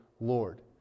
lord